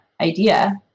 idea